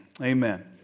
Amen